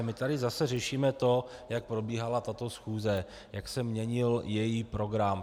My tady zase řešíme to, jak probíhala tato schůze, jak se měnil její program.